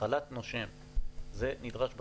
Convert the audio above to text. חל"ת נושם זה נדרש לתיירות.